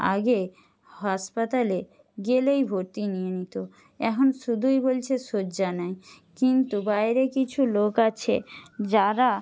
আগে হাসপাতালে গেলেই ভর্তি নিয়ে নিত এখন শুধুই বলছে শয্যা নেই কিন্তু বাইরে কিছু লোক আছে যারা